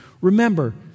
remember